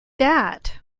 that